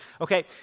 Okay